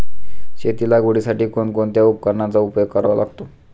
शेती लागवडीसाठी कोणकोणत्या उपकरणांचा उपयोग करावा लागतो?